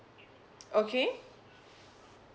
okay